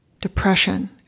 Depression